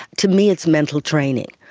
to me it's mental training,